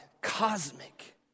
cosmic